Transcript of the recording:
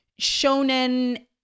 Shonen